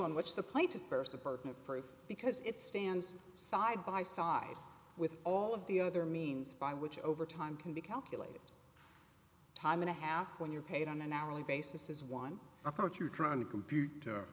which the plaintiff bears the burden of proof because it stands side by side with all of the other means by which over time can be calculated time and a half when you're paid on an hourly basis is one approach you're trying to compute